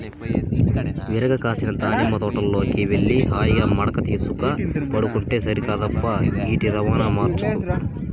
విరగ కాసిన దానిమ్మ తోటలోకి వెళ్లి హాయిగా మడక తీసుక పండుకుంటే సరికాదప్పా ఈటి రవాణా మార్చకు